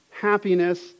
happiness